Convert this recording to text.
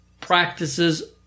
practices